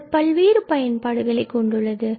இது பல்வேறு பயன்பாடுகளைக் கொண்டுள்ளது